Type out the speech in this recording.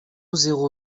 zéro